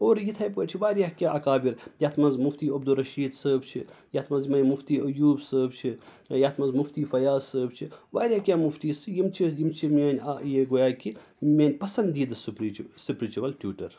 اور یِتھَے پٲٹھۍ چھِ واریاہ کیٚنٛہہ اقابِر یَتھ منٛز مفتی عبدالشیٖد صٲب چھِ یَتھ مَنٛز یِمَے مفتی ایوب صٲب چھِ یا یَتھ منٛز مُفتی فیاض صٲب چھِ واریاہ کیٚنٛہہ مُفتی یِم چھِ یِم چھِ میٛٲنۍ یہِ گویا کہِ میٛٲنۍ پَسنٛدیٖدٕ سِپرِچُوَل ٹیوٗٹَر